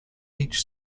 each